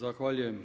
Zahvaljujem.